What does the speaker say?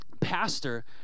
Pastor